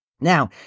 Now